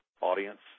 audience